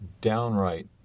downright